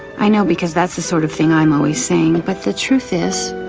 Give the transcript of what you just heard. i know, because that's the sort of thing i'm always saying. but the truth is